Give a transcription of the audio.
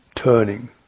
turning